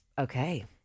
Okay